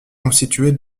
constituée